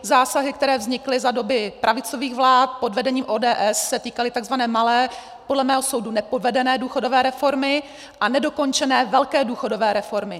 Zásahy, které vznikly za doby pravicových vlád pod vedením ODS, se týkaly tzv. malé, podle mého soudu nepovedené důchodové reformy a nedokončené velké důchodové reformy.